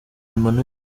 emmanuel